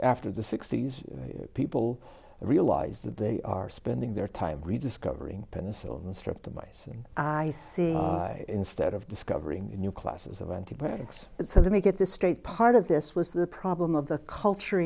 after the sixty's people realize that they are spending their time rediscovering penicillin stripped of mice and i see instead of discovering new classes of antibiotics so let me get this straight part of this was the problem of the cultur